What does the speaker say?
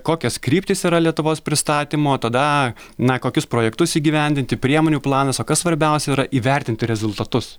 kokios kryptis yra lietuvos pristatymo tada na kokius projektus įgyvendinti priemonių planas o kas svarbiausia yra įvertinti rezultatus